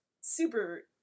super